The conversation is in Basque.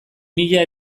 mila